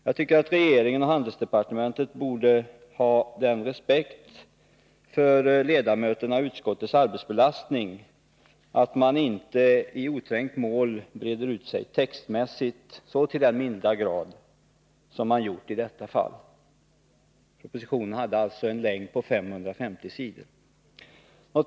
Jag tycker att regeringen och handelsdepartementet borde ha haft den respekten för utskottets och dess ledamöters arbetsbelastning att man inte i oträngt mål hade brett ut sig textmässigt så till den milda grad som här har skett. Propositionen omfattar alltså 550 sidor.